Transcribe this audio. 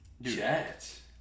Jets